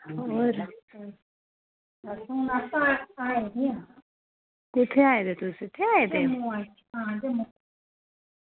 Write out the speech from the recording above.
कुत्थें आए दे तुस उत्थें